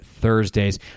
Thursdays